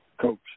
Coach